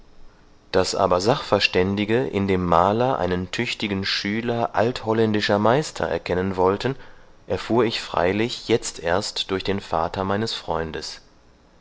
daß aber sachverständige in dem maler einen tüchtigen schüler altholländischer meister erkennen wollten erfuhr ich freilich jetzt erst durch den vater meines freundes